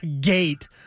gate